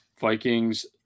Vikings